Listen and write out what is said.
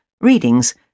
Readings